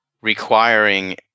requiring